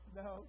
no